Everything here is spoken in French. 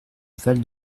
val